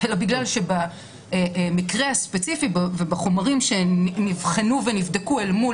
אלא כי במקרה הספציפי ובחומרים שנבחנו ונבדקו אל מול